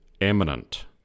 eminent